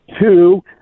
two